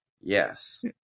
Yes